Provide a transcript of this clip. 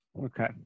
Okay